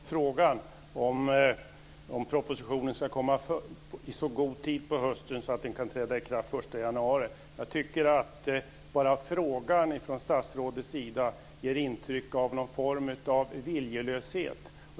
Herr talman! Det var inget svar på frågan om propositionen ska komma fram i så god tid på hösten att den kan träda i kraft den 1 januari. Jag tycker att bara frågan från statsrådets sida ger intryck av någon form av viljelöshet.